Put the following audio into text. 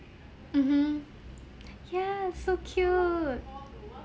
mmhmm yeah so cute